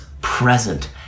present